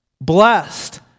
Blessed